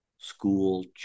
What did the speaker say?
school